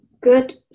good